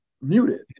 muted